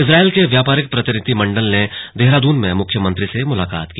Israel के व्यापारिक प्रतिनिधिमण्डल ने देहरादून में मुख्यमंत्री से मुलाकात की